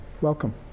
Welcome